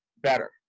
better